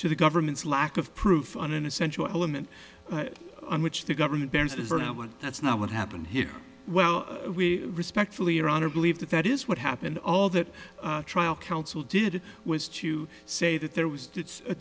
to the government's lack of proof on an essential element on which the government bears is one that's not what happened here well we respectfully your honor believe that that is what happened all that trial counsel did was to say that there was a